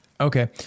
Okay